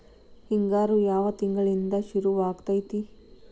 ಹಿಂಗಾರು ಯಾವ ತಿಂಗಳಿನಿಂದ ಶುರುವಾಗತೈತಿ?